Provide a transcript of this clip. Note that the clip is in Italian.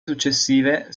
successive